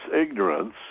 ignorance